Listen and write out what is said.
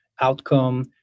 outcome